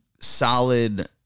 solid